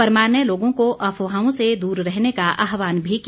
परमार ने लोगों को अफवाहों से दूर रहने का आहवान भी किया